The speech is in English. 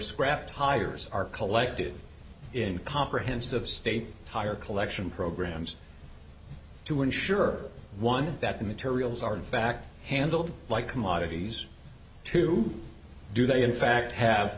scrapped tires are collected in comprehensive state higher collection programs to ensure one that materials are in fact handled like commodities to do they in fact have